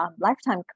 lifetime